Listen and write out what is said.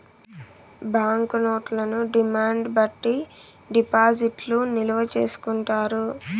bank నోట్లను demand బట్టి డిపాజిట్లు నిల్వ చేసుకుంటారు